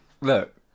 Look